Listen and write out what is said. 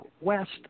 west